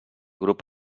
grup